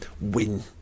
win